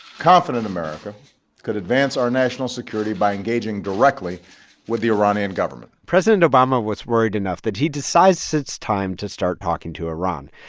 confident america could advance our national security by engaging directly with the iranian government president obama was worried enough that he decides it's time to start talking to iran.